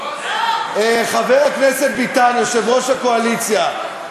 חבר הכנסת ביטן יושב-ראש הקואליציה,